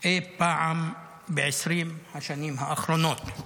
אי פעם ב-20 השנים האחרונות.